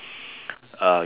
uh